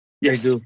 Yes